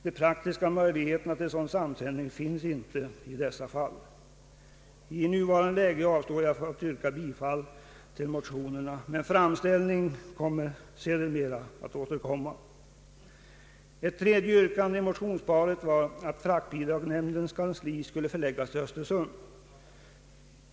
De praktiska möjligheterna till sådan samsändning finns icke i dessa fall. I nuvarande läge avstår jag från att yrka bifall till motionerna, men en framställning i enlighet med deras hemställan återkommer med all säkerhet. Ett tredje yrkande i motionsparet var att fraktbidragsnämndens kansli skall förläggas till Östersund.